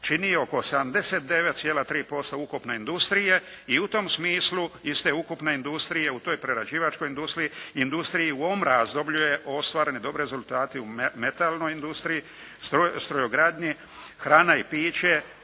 čini oko 79,3% ukupne industrije i u tom smislu iz te ukupne industrije u toj prerađivačkoj industriji u ovom razdoblju je ostvareni dobri rezultati u metalnoj industriji, strojogradnji, hrana i piće,